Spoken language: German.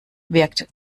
wirkt